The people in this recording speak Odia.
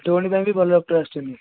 ଆଣ୍ଠୁ ଗଣ୍ଠି ପାଇଁ ବି ଭଲ ଡକ୍ଟର ଆସୁଛନ୍ତି